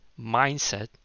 mindset